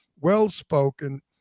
well-spoken